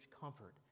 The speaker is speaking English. comfort